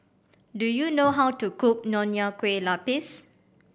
do you know how to cook Nonya Kueh Lapis